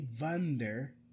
wonder